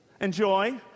enjoy